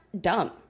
dumb